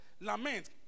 Lament